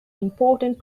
important